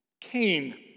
Cain